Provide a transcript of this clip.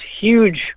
huge